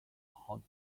hot